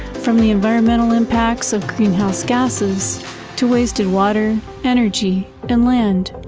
from the environmental impacts of greenhouse gases to wasting water, energy and land.